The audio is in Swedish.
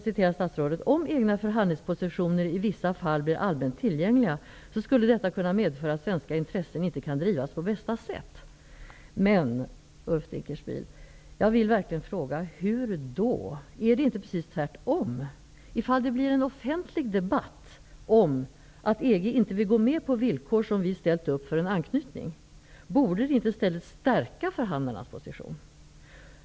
Statsrådet sade: Om egna förhandlingspositioner i vissa fall blir allmänt tillgängliga skulle detta kunna medföra att svenska intressen inte kan drivas på bästa sätt. Hur då, Ulf Dinkelspiel? Är det inte precis tvärtom? Om vi hade en offentlig debatt om att EG inte vill gå med på villkor som vi ställt upp för vår anslutning borde det väl i stället stärka förhandlarnas position.